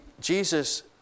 Jesus